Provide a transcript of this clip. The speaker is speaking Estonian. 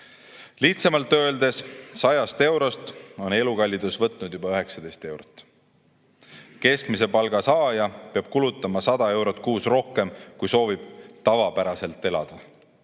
Lihtsamalt öeldes, 100 eurost on elukallidus võtnud juba 19 eurot. Keskmise palga saaja peab kulutama kuus 100 eurot rohkem, kui soovib tavapäraselt elada.